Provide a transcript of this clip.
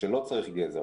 שלא צריך גזר.